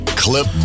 Clip